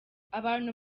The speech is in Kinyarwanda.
abantu